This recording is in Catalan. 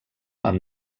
amb